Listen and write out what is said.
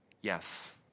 Yes